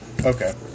Okay